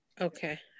Okay